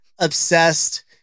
obsessed